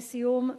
לסיום,